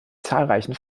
zahlreichen